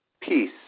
Peace